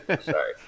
sorry